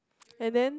and then